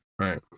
Right